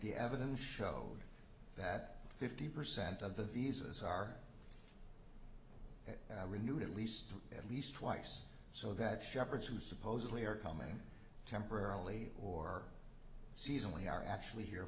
the evidence show that fifty percent of the visas are renewed at least at least twice so that shepherds who supposedly are coming temporarily or seasonally are actually here